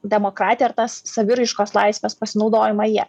demokratiją ar tas saviraiškos laisves pasinaudojama ja